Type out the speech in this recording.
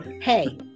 Hey